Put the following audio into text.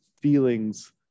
feelings